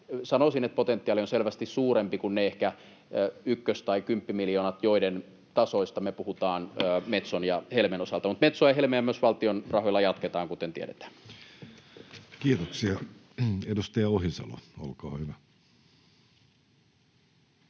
Sanoisin, että potentiaali on selvästi suurempi kuin ne ehkä ykkös- tai kymppimiljoonat, joiden tasoista me puhutaan Metson ja Helmen osalta. Mutta Metsoa ja Helmeä myös valtion rahoilla jatketaan, kuten tiedetään. Kiitoksia. — Edustaja Ohisalo, olkaa hyvä.